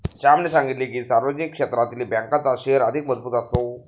श्यामने सांगितले की, सार्वजनिक क्षेत्रातील बँकांचा शेअर अधिक मजबूत असतो